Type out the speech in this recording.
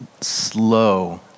slow